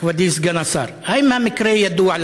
מכובדי סגן השר: 1. האם המקרה ידוע?